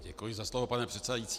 Děkuji za slovo, pane předsedající.